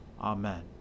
Amen